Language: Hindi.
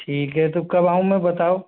ठीक है तो कब आऊं मैं बताओ